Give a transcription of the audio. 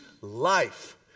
life